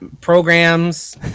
programs